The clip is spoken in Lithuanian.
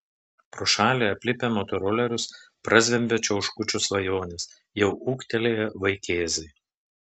pro šalį aplipę motorolerius prazvimbia čiauškučių svajonės jau ūgtelėję vaikėzai